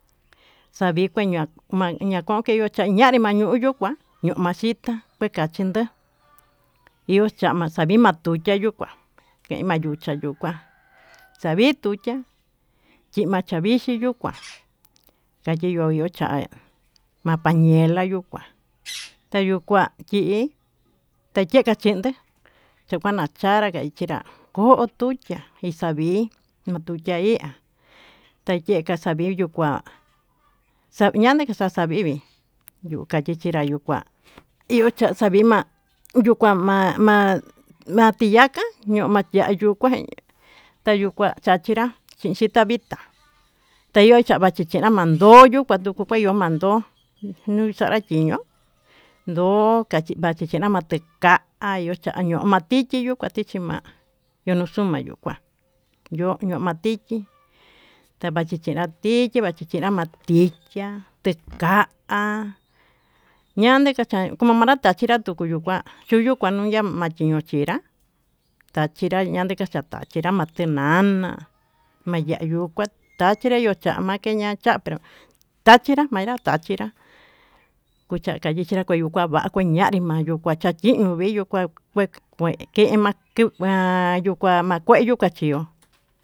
Xavika ña'a chañanri mayuyu kuan yo'ó maxhita kue kachindó, chama xanii vakuxhia kama xhikuá ken mayukia yuu kuá xavituchiá chima'a xavichí yuu kua kayiyo yo'o cha'a ma'a pañiela yuu kuá tayuu kuan kii tayaka'a chindé chakana chanrá kachinrá ko'o ho tuyá ixa'a vii nuu tuchá ihá tayeka xaiyuu kuá xa'a ñana kaxa'a xavivi, yuu kachichinrá yuu kuá iho cha'a xavima'a yuu kua ma'a ma'a matiyaka ñoo mayukua takuan xhinrá iin xhita vitá, tayo'o machichinrá tanyo'o yuka tuu kueyo manyo'o ñiuu xanrá chiño'o ndo'o kachichina mateka'a ayo'o xaño matichí yuu kua tichí ma'a yuu maxuna yuu kua yoño'o matichí tavachi chi vatichí tachinra matichí, ya'á teka'a ñande kacha kono nachenrá tuu tuyuu kua tuyu manuyá chino chi'a tachinra yandé yachatenra machená na'a mayuya tachinrá yuu kama machenrá tachinra ma'a tachinrá kucha'a kayechenrá kuchiña'a maí ñanrí mayuu kuá chá chí iyuviyu kua kue ken iama'a kuva'a yukua makeyu kachió.